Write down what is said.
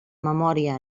memòria